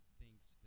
thinks